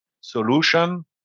solution